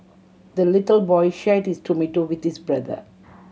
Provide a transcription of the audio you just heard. the little boy shared his tomato with his brother